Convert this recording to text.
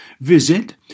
Visit